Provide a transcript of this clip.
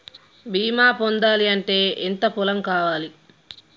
బీమా పొందాలి అంటే ఎంత పొలం కావాలి?